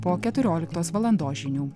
po keturioliktos valandos žinių